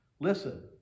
Listen